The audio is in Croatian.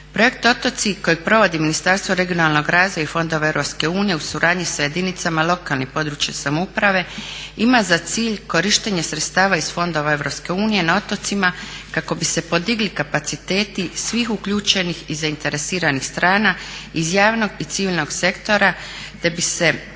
Projekt otoci kojeg provodi Ministarstvo regionalnog razvoja i fondova EU u suradnji s jedinicama lokalne i područne samouprave ima za cilj korištenje sredstava iz fondova EU na otocima kako bi se podigli kapaciteti svih uključenih i zainteresiranih strana iz javnog i civilnog sektora te bi se